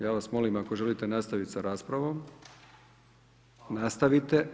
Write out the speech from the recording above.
Ja vas molim ako želite nastaviti sa raspravom, nastavite.